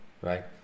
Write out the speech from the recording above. Right